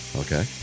Okay